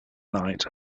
night